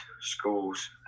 schools